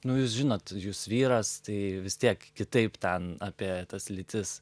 nu jūs žinot jūs vyras tai vis tiek kitaip ten apie tas lytis